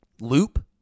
loop